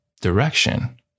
direction